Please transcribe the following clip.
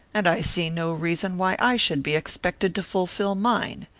and i see no reason why i should be expected to fulfil mine.